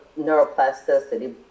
neuroplasticity